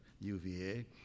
UVA